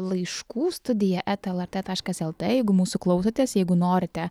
laiškų studija eta lrttaškas lt jeigu mūsų klausotės jeigu norite